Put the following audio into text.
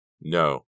No